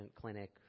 clinic